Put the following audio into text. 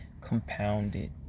compounded